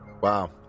Wow